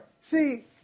See